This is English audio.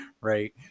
Right